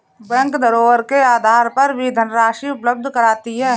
bank धरोहर के आधार पर भी धनराशि उपलब्ध कराती है